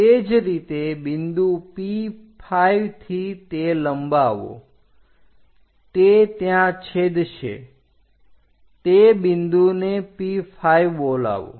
તે જ રીતે બિંદુ P5 થી તે લંબાવો તે ત્યાં છેદશે તે બિંદુને P5 બોલાવો